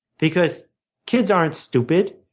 because kids aren't stupid.